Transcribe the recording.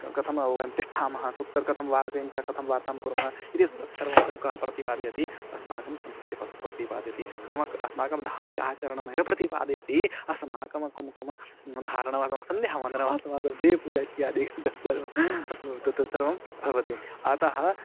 कथं वयं तिष्ठामः कुत्र कथं वार्ता सा कथं वार्तां कुर्मः इति ततः सर्वं किं कः प्रतिपादयति अस्माकं संस्कृतिः प्रतिपादयति अस्माकम् अस्माकं धार्मिकम् आचरणमेव प्रतिपादयति अस्माकं कुंकुमं धारणमस्माकं सन्ध्यावन्दनमस्माकं देवपूजा इत्यादि तत्सर्वं तत्सर्वं भवति अतः